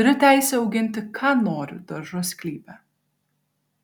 turiu teisę auginti ką noriu daržo sklype